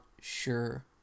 sure